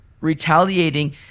retaliating